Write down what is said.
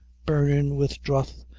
burnin' with druth,